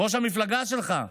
ראש המפלגה שלך,